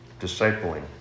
discipling